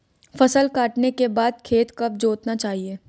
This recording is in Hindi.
फसल काटने के बाद खेत कब जोतना चाहिये?